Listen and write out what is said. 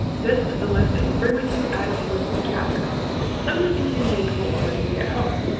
this is the list that you'll bring with you as you. gather some of the things you need will already be at home,